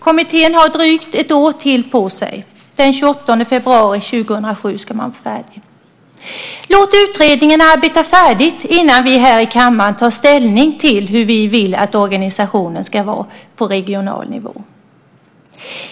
Kommittén har drygt ett år till på sig. Den 28 februari 2007 ska man vara färdig. Låt utredningen arbeta färdigt innan vi här i kammaren tar ställning till hur vi vill att organisationen ska vara på regional nivå!